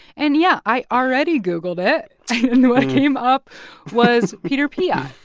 and yeah, i already googled it, and what came up was peter piot,